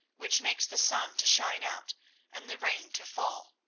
which makes the sun to shine out and the rain to fall,